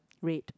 red